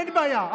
אין בעיה,